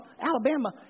Alabama